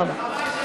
תודה רבה.